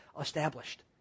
established